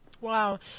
Wow